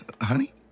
Honey